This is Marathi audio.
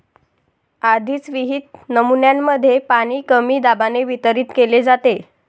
आधीच विहित नमुन्यांमध्ये पाणी कमी दाबाने वितरित केले जाते